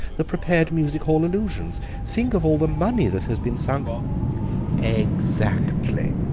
the prepared music-hall allusions think of all the money that has been sunk exactly,